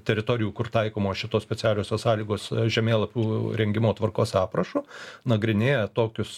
teritorijų kur taikomos šitos specialiosios sąlygos žemėlapių rengimo tvarkos aprašu nagrinėja tokius